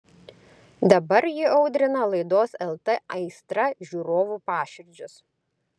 dabar ji audrina laidos lt aistra žiūrovų paširdžius